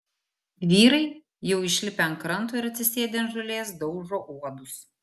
vyrai jau išlipę ant kranto ir atsisėdę ant žolės daužo uodus